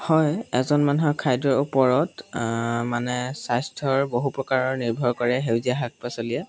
হয় এজন মানুহৰ খাদ্যৰ ওপৰত মানে স্বাস্থ্যৰ বহু প্ৰকাৰৰ নিৰ্ভৰ কৰে সেউজীয়া শাক পাচলিয়ে